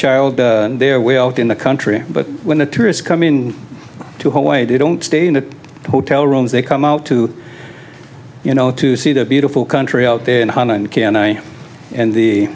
child their way out in the country but when the tourists come in to hawaii they don't stay in the hotel rooms they come out to you know to see the beautiful country out there and hunt and can i and